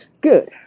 Good